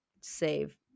save